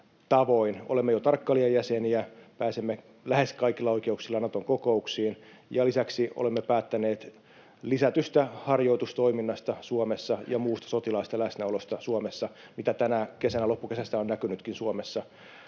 Olemme jo tarkkailijajäseniä, pääsemme lähes kaikilla oikeuksilla Naton kokouksiin, ja lisäksi olemme päättäneet lisätystä harjoitustoiminnasta Suomessa ja muusta sotilaallisesta läsnäolosta Suomessa, mitä tänä kesänä ja loppukesästä on näkynytkin Suomessa